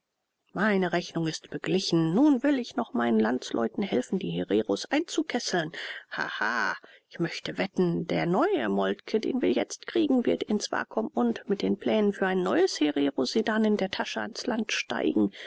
meine rechnung ist beglichen nun will ich noch meinen landsleuten helfen die hereros einzukesseln haha ich möchte wetten der neue moltke den wir jetzt kriegen wird in swakopmund mit den plänen für ein neues herero sedan in der tasche ans land steigen